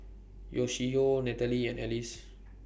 Yoshio Nathalie and Alice